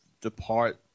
depart